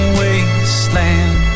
wasteland